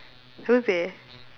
who say